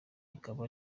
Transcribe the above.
ikaba